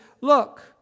look